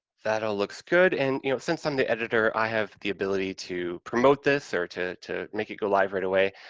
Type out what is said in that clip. that all looks good, and, you know, since i'm the editor, i have the ability to promote this or to to make it go live right away.